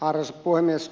arvoisa puhemies